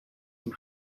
from